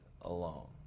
alone